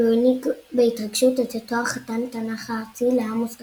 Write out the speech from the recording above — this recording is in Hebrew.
והוא העניק בהתרגשות את התואר "חתן התנ"ך הארצי" לעמוס חכם,